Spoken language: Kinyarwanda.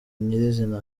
nyirizina